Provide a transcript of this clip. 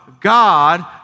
God